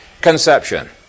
conception